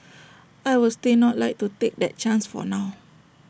I would still not like to take that chance for now